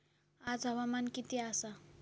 आज हवामान किती आसा?